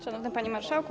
Szanowny Panie Marszałku!